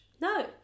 No